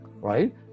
right